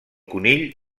conill